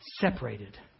separated